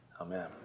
Amen